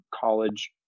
college